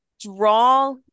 draw